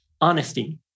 honesty